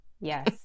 Yes